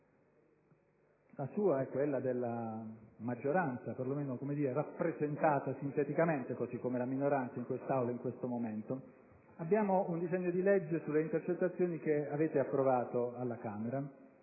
sua e della maggioranza, rappresentata sinteticamente (così come la minoranza) in quest'Aula in questo momento. Abbiamo un disegno di legge sulle intercettazioni, che avete approvato alla Camera,